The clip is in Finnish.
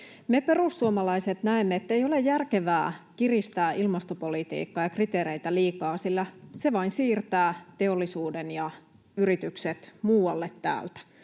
Me perussuomalaiset näemme, ettei ole järkevää kiristää ilmastopolitiikkaa ja -kriteereitä liikaa, sillä se vain siirtää teollisuuden ja yritykset muualle täältä.